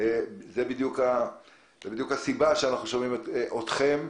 זאת בדיוק הסיבה שאנחנו שומעים אתכם.